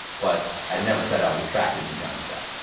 but i never said i was attracted to johnny depp.